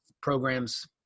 programs